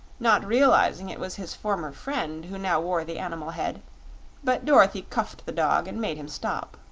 not realizing it was his former friend who now wore the animal head but dorothy cuffed the dog and made him stop.